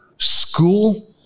school